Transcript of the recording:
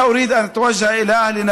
(אומר דברים בשפה הערבית,